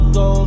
go